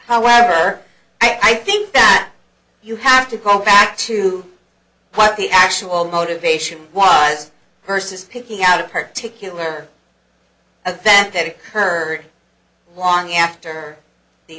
however i think that you have to call back to what the actual motivation was hearses picking out a particular event that occurred long after the